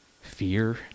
fear